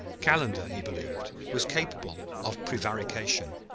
calendar, he believed, was capable of prevarication,